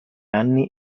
anni